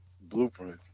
Blueprint